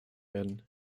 werden